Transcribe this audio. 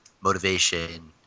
motivation